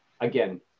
again